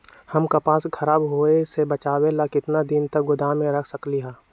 हम कपास के खराब होए से बचाबे ला कितना दिन तक गोदाम में रख सकली ह?